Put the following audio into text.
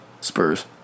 Spurs